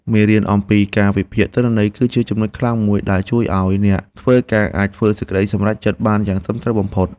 មេរៀនអំពីការវិភាគទិន្នន័យ គឺជាចំណុចខ្លាំងមួយដែលជួយឱ្យអ្នកធ្វើការអាចធ្វើសេចក្តីសម្រេចចិត្តបានយ៉ាងត្រឹមត្រូវបំផុត។